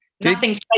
Nothing's